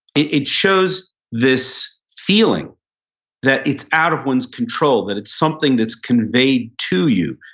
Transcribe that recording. it it shows this feeling that it's out of one's control. that it's something that's conveyed to you,